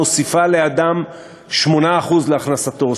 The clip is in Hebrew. מוסיפה לאדם 8% להכנסתו,